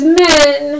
men